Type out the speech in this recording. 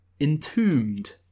Entombed